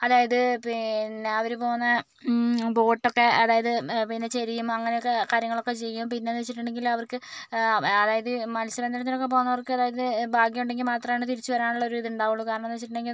അതായത് പിന്നെ അവര് പോകുന്ന ബോട്ടൊക്കെ അതായത് പിന്നെ ചെരിയും അങ്ങനെയൊക്കെ കാര്യങ്ങളൊക്കെ ചെയ്യും പിന്നേന്ന് വച്ചിട്ടുണ്ടെങ്കിലവർക്ക് അതായത് ഈ മത്സ്യ ബന്ധനത്തിനൊക്കെ പോകുന്നവർക്ക് അതായത് ഭാഗ്യമുണ്ടെങ്കിൽ മാത്രമാണ് തിരിച്ച് വരാനുള്ള ഒരിതുണ്ടാവുകയുള്ളു കാരണമെന്ന് വെച്ചിട്ടുണ്ടെങ്കിൽ